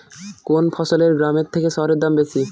কোন ফসলের গ্রামের থেকে শহরে দাম বেশি?